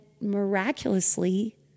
miraculously